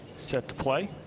set to play.